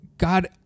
God